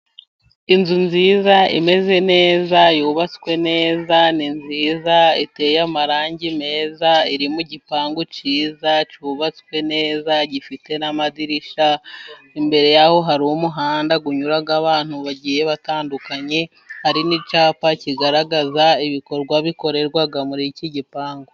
Inzu nziza imeze neza yubatswe neza. Ni nziza iteye amarangi meza, iri mu gipangu cyiza cyubatswe neza gifite n'amadirishya. Imbere yaho hari umuhanda unyuraho abantu bagiye batandukanye, hari n'icyapa kigaragaza ibikorwa bikorerwa muri iki gipangu.